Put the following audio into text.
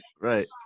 Right